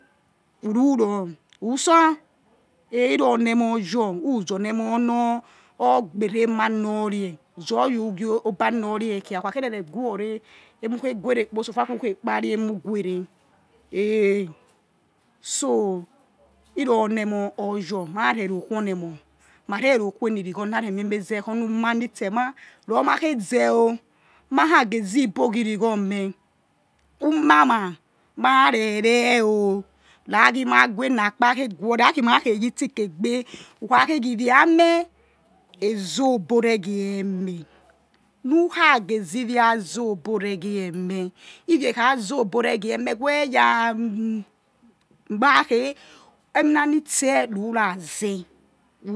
Ururo utsor eh hi ro ri oni emoyor uzi orii emo yor or gbera emonanore zoyo ugie eba nor re kwa ukha kherere guwane emukhe guerekpo sufer ukhei guore ye khu khe kpa re emughere hei so irohoni emoh or your ma re ro khu oni emoh ma re ro khu oni emoh ma re ro khu emi righo na remibeh meh zeh oni uma nitsemah ru ma khe zeh o ma kha ghe zi igbo ghirigho mhe uma ma reire raghi ma khe yitsike gbe ukhakhe ghivia meh ezo obo re ghiemeh ivia eh kha zobo whe ya ma khe emina nitse rura zeh